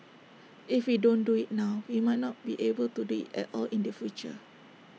if we don't do IT now we might not be able do IT at all in the future